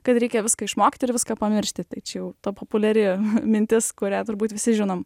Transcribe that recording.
kad reikia viską išmokti ir viską pamiršti tai čia jau ta populiari mintis kurią turbūt visi žinom